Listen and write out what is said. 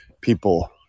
People